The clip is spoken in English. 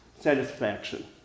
satisfaction